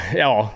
ja